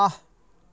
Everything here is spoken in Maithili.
वाह